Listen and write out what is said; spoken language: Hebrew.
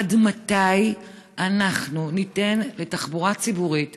עד מתי אנחנו ניתן לתחבורה ציבורית